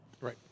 Right